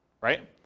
right